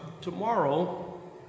tomorrow